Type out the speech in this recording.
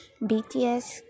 BTS